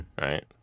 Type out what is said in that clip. right